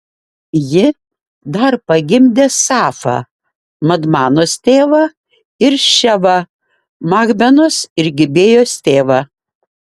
ji dar pagimdė safą madmanos tėvą ir ševą machbenos ir gibėjos tėvą